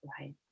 Right